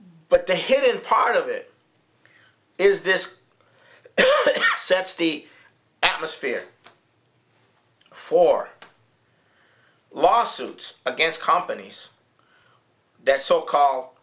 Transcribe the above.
but the hidden part of it is this sets the atmosphere for lawsuits against companies that so call